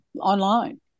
online